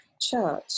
church